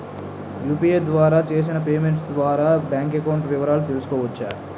UPI ద్వారా చేసిన payment ద్వారా బ్యాంక్ అకౌంట్ వివరాలు తెలుసుకోవచ్చ?